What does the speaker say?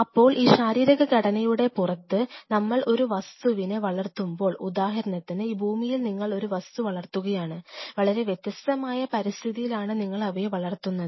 അപ്പോൾ ഈ ശാരീരികഘടനയുടെ പുറത്ത് നമ്മൾ ഒരു വസ്തുവിനെ വളർത്തുമ്പോൾ ഉദാഹരണത്തിന് ഈ ഭൂമിയിൽ നിങ്ങൾ ഒരു വസ്തു വളർത്തുകയാണ് വളരെ വ്യത്യസ്തമായ പരിസ്ഥിതിയിലാണ് നിങ്ങൾ അവയെ വളർത്തുന്നത്